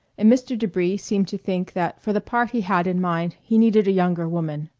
and mr. debris seemed to think that for the part he had in mind he needed a younger woman.